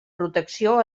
protecció